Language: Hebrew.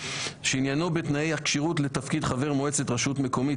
שעניינו בתנאי הכשירות לתפקיד חבר מועצת רשות מקומית,